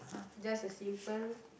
just a simple